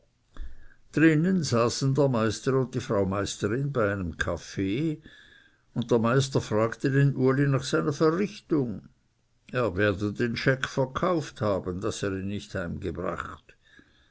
drinnen saßen der meister und die frau meisterin bei einem kaffee und der meister frug den uli nach seiner verrichtung er werde den scheck verkauft haben daß er ihn nicht heimgebracht